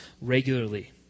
regularly